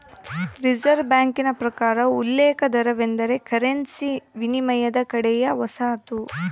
reserve ಬ್ಯಾಂಕಿನ ಪ್ರಕಾರ ಉಲ್ಲೇಖ ದರವೆಂದರೆ ಕರೆನ್ಸಿ ವಿನಿಮಯದ ಕಡೆಯ ವಸಾಹತು